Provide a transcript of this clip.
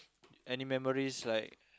any memories like